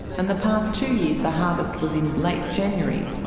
and the past two years the harvest was in late january.